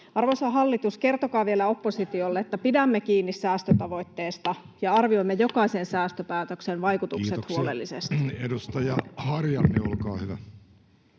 Arvoisa hallitus, kertokaa vielä oppositiolle, että pidämme kiinni säästötavoitteesta ja arvioimme jokaisen säästöpäätöksen vaikutukset huolellisesti. Kiitoksia. — Edustaja Harjanne, olkaa hyvä.